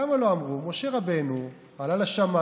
למה לא אמרו: משה רבנו עלה לשמיים,